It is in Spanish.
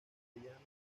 castellano